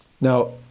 Now